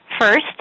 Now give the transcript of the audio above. First